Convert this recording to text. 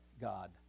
God